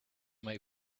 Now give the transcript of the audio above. might